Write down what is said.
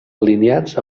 alineats